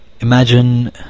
Imagine